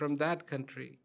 from that country